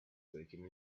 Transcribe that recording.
taking